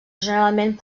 generalment